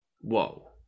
Whoa